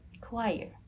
Choir